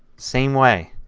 same way.